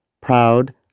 proud